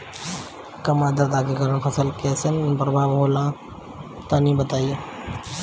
कम आद्रता के कारण फसल पर कैसन प्रभाव होला तनी बताई?